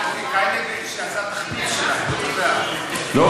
34. טוב,